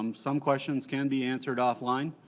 um some questions can be answered off-line.